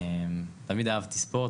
תמיד אהבתי ספורט,